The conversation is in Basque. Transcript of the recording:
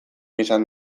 izan